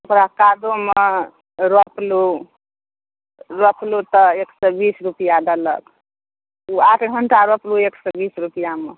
ओकर बाद कादोमे रोपलहुँ रोपलहुँ तऽ एक सए बीस रुपैआ देलक ओ आठ घण्टा रोपबै एक सए बीस रुपैआमे